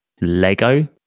Lego